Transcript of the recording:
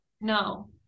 No